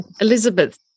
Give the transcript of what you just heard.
Elizabeth